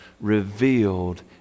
revealed